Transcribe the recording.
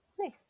Nice